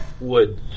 Wood